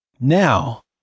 Now